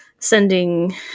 sending